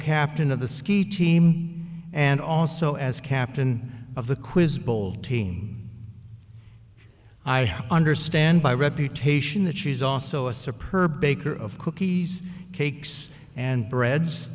captain of the ski team and also as captain of the quiz bowl team i understand by reputation that she's also a superb baker of cookies cakes and breads